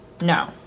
no